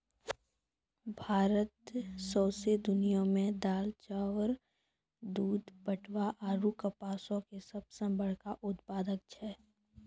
भारत सौंसे दुनिया मे दाल, चाउर, दूध, पटवा आरु कपासो के सभ से बड़का उत्पादक छै